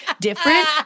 different